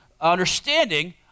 understanding